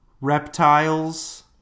reptiles